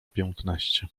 piętnaście